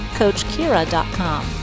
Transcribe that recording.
coachkira.com